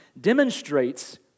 demonstrates